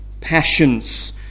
Passions